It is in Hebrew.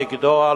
לגדוע,